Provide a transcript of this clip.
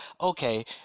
okay